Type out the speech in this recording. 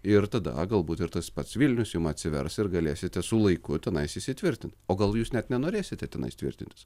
ir tada galbūt ir tas pats vilnius jum atsivers ir galėsite su laiku tenai įsitvirtint o gal jūs net nenorėsite tenais tvirtintis